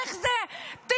איך זה שבטירה,